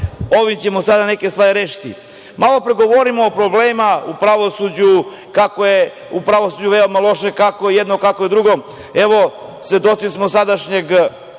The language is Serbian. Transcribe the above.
ovim ćemo sada neke stvari rešiti. Malo pre govorimo o problemima u pravosuđu, kako je u pravosuđu veoma loše, kako je u jednom, kako je u drugom. Evo, svedoci smo današnjeg